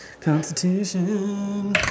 Constitution